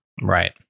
Right